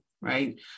right